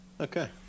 Okay